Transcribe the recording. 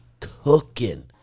cooking